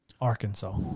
Arkansas